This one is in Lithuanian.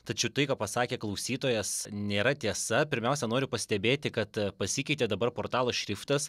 tačiau tai ką pasakė klausytojas nėra tiesa pirmiausia noriu pastebėti kad pasikeitė dabar portalo šriftas